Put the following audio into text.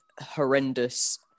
horrendous